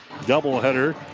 doubleheader